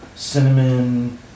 Cinnamon